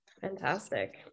Fantastic